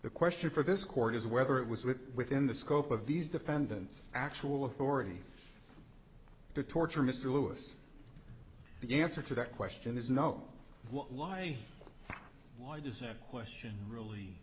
the question for this court is whether it was with within the scope of these defendants actual authority to torture mr lewis the answer to that question is no why why does a question really